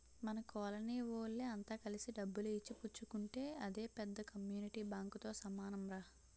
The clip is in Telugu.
మన కోలనీ వోళ్ళె అంత కలిసి డబ్బులు ఇచ్చి పుచ్చుకుంటే అదే పెద్ద కమ్యూనిటీ బాంకుతో సమానంరా